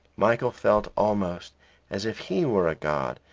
michael felt almost as if he were a god,